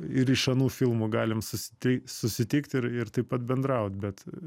ir iš anų filmų galim susiti susitikt ir ir taip pat bendraut bet